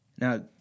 Now